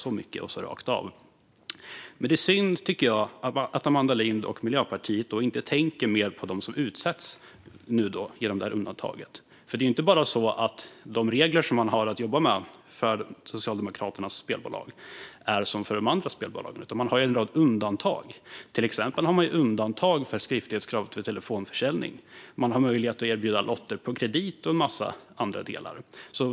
Jag tycker att det är synd att Amanda Lind och Miljöpartiet inte tänker mer på dem som drabbas av undantaget. Socialdemokraternas spelbolag har inte samma regler som de andra spelbolagen utan har en rad undantag, till exempel från skriftlighetskravet vid telefonförsäljning, och de har möjlighet att erbjuda lotter på kredit och en massa annat.